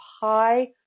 high